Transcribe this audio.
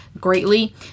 greatly